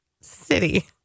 city